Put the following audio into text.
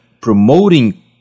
promoting